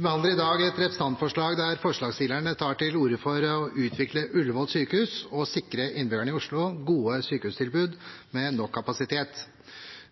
behandler i dag et representantforslag der forslagstillerne tar til orde for å utvikle Ullevål sykehus og sikre innbyggerne i Oslo gode sykehustilbud med nok kapasitet.